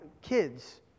kids